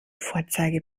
vorzeige